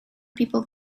people